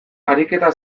ariketa